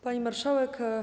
Pani Marszałek!